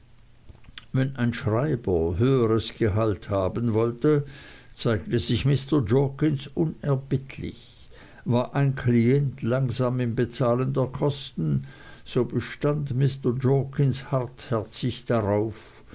wenn ein schreiber höheres gehalt haben wollte zeigte sich mr jorkins unerbittlich war ein klient langsam im bezahlen der kosten so bestand mr jorkins hartherzig darauf